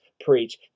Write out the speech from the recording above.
preach